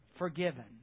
forgiven